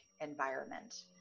environment